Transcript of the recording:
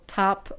top